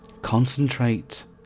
Concentrate